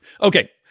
Okay